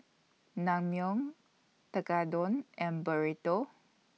Naengmyeon Tekkadon and Burrito